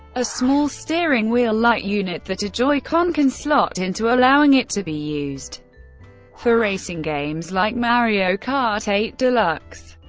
a small steering wheel-like unit that a joy-con can slot into, allowing it to be used for racing games like mario kart eight deluxe.